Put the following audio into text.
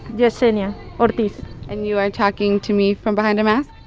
yesenia ortiz and you are talking to me from behind a mask?